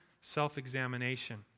self-examination